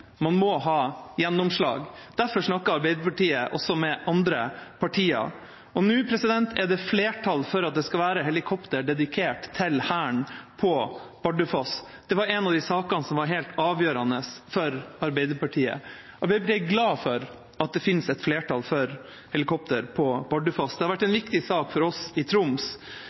man må ha gjennomslag. Derfor snakker Arbeiderpartiet også med andre partier, og nå er det flertall for at det skal være helikopter dedikert til Hæren på Bardufoss. Det var en av de sakene som var helt avgjørende for Arbeiderpartiet. Arbeiderpartiet er glad for at det finnes et flertall for helikopter på Bardufoss. Det har vært en viktig sak for oss i Troms.